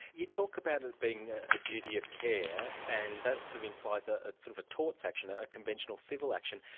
you talk about it being a duty of care and that sort of implies a sort of a torts action, ah a conventional civil action,